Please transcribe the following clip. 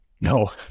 No